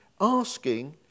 asking